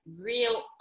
real